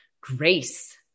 grace